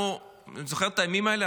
אני זוכר את הימים האלה.